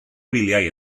wyliau